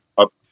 up